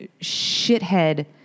shithead